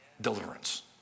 deliverance